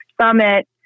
Summit